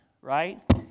right